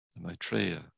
Maitreya